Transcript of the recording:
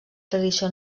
tradició